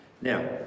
Now